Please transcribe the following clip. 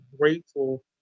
grateful